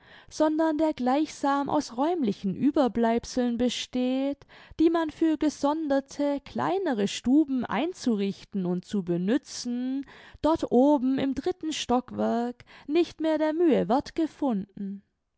sondern der gleichsam aus räumlichen ueberbleibseln besteht die man für gesonderte kleinere stuben einzurichten und zu benützen dort oben im dritten stockwerk nicht mehr der mühe werth gefunden